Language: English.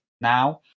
now